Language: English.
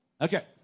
Okay